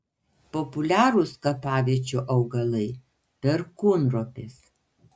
populiarūs kapaviečių augalai perkūnropės